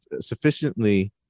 sufficiently